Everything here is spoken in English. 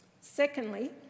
Secondly